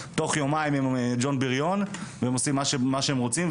תוך יומיים הם ג'ון בריון והם עושים מה שהם רוצים,